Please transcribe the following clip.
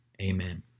amen